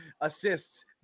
Assists